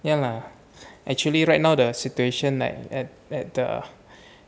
ya lah actually right now the situation like that at at the